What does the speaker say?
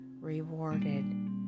rewarded